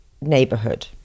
neighborhood